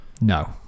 no